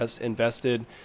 invested